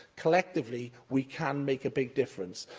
collectively we can make a big difference.